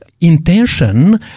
intention